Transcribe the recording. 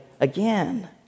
again